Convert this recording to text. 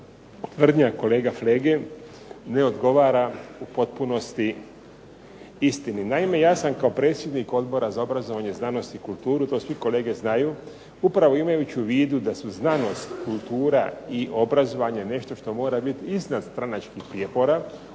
tvrdnja kolege Flege ne odgovara u potpunosti istini. Naime, ja sam kao predsjednik Odbora za obrazovanje, znanost i kulturu to svi kolege znaju upravo imajući u vidu da su znanost, kultura i obrazovanje nešto što mora biti iznad stranačkih prijepora.